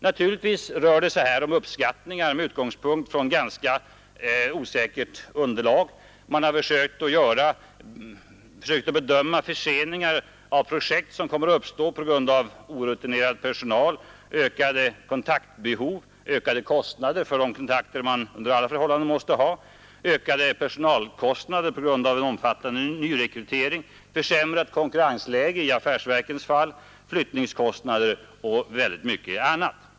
Naturligtvis rör det sig här om uppskattningar med utgångspunkt i ett ganska osäkert underlag — man har försökt bedöma de förseningar av projekt som kommer att uppstå på grund av orutinerad personal, ökade kontaktbehov, ökade kostnader för de kontakter man under alla förhållanden måste ha, ökade personalkostnader på grund av en omfattande nyrekrytering, försämrat konkurrensläge i affärsverkens fall, flyttningskostnader och mycket annat.